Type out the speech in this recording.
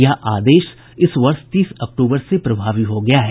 यह आदेश इस वर्ष तीस अक्टूबर से प्रभावी हो गया है